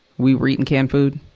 we were eating camp food,